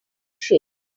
shape